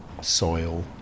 soil